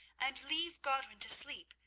and leave godwin to sleep,